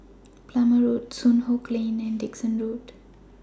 Plumer Road Soon Hock Lane and Dickson Road